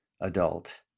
adult